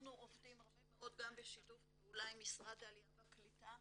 אנחנו עובדים הרבה מאוד גם בשיתוף פעולה עם משרד העלייה והקליטה.